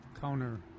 counter